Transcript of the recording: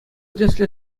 тӗслӗ